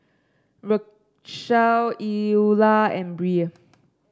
Rachelle Eulah and Brea